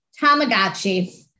Tamagotchi